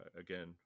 again